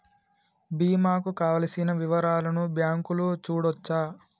బీమా కు కావలసిన వివరాలను బ్యాంకులో చూడొచ్చా?